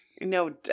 No